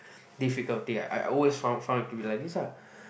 difficulty I I always found found it to be like this lah